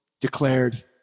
declared